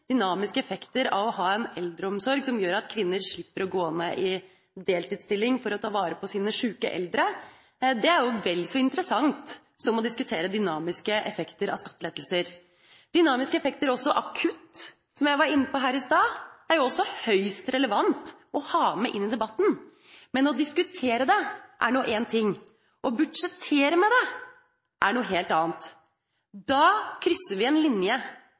dynamiske effekter av å ha en eldreomsorg som gjør at kvinner slipper å gå ned i deltidsstilling for å ta vare på sine syke eldre. Det er vel så interessant som å diskutere dynamiske effekter av skattelettelser. Dynamiske effekter av kutt, som jeg var inne på her i stad, er også høyst relevant å ha med inn i debatten. Men å diskutere det er nå én ting, å budsjettere med det er noe helt annet. Da krysser vi en linje.